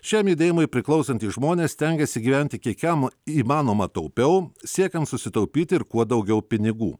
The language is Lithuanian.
šiam judėjimui priklausantys žmonės stengiasi gyventi kiek jam įmanoma taupiau siekiant susitaupyti ir kuo daugiau pinigų